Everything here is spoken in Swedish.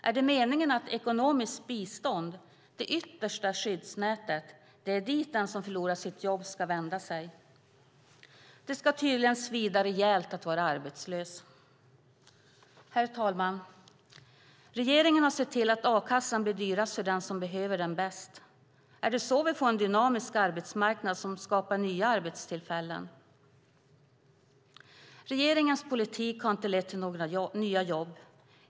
Är det meningen att ekonomiskt bistånd - det yttersta skyddsnätet - ska vara det som den som förlorar sitt jobb ska vara hänvisad till? Det ska tydligen svida rejält att vara arbetslös. Herr talman! Regeringen har sett till att a-kassan blir dyrast för den som behöver den bäst. Är det så vi får en dynamisk arbetsmarknad som skapar nya arbetstillfällen? Regeringens politik har inte lett till några nya jobb.